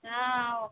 हाँ आओ